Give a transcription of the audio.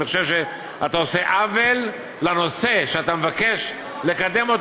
אני חושב שאתה עושה עוול לנושא שאתה מבקש לקדם,